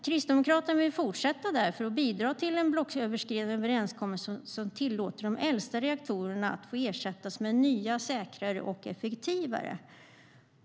Kristdemokraterna vill därför fortsätta bidra till en blocköverskridande överenskommelse som tillåter de äldsta reaktorerna att ersättas med nya, säkrare och effektivare.